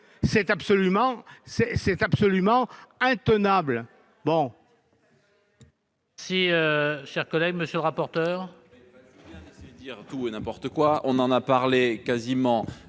est absolument intenable.